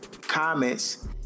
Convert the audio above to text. comments